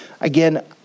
Again